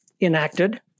enacted